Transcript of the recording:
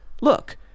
look